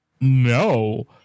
no